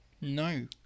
No